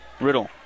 Riddle